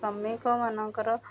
ଶ୍ରମିକ ମାନଙ୍କର